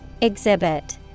Exhibit